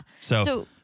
So-